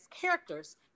characters